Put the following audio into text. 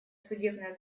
судебная